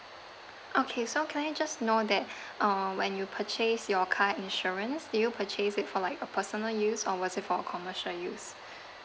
okay so can I just know that uh when you purchase your car insurance do you purchase it for like a personal use or was it for a commercial use